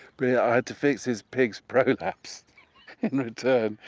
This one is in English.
but yeah i had to fix his pig's prolapse in return.